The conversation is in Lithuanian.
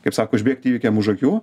kaip sako užbėgti įvykiam už akių